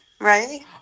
Right